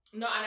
no